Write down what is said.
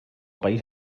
país